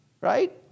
right